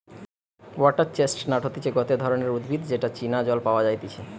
water chestnut হতিছে গটে ধরণের উদ্ভিদ যেটা চীনা জল পাওয়া যাইতেছে